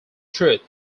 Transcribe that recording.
truth